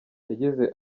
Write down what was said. yagize